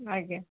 ଆଜ୍ଞା